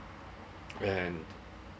and